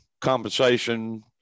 compensation